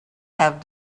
have